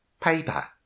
Paper